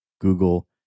Google